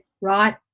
right